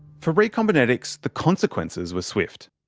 for recombinetics, the consequences were swift.